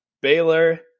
Baylor